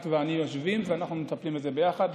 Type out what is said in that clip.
את ואני יושבים ואנחנו מטפלים בזה ביחד,